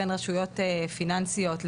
בין רשויות פיננסיות,